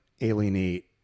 alienate